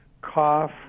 cough